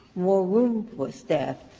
more room for staff